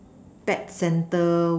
pet centre